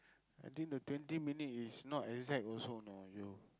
I think the twenty minute is not exact also know !aiyo!